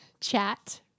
chat